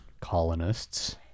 colonists